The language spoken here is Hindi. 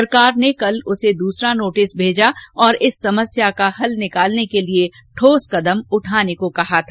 सरकार ने कल उसे दूसरा नोटिस भेजा और इस समस्या का हल निकालने के लिए ठोस कदम उठाने को कहा था